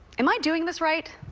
am i doing this right?